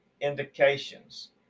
indications